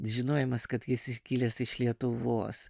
žinojimas kad jis iškilęs iš lietuvos